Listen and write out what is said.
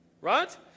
Right